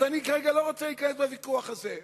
אז כרגע אני לא רוצה להיכנס לוויכוח הזה,